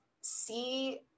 see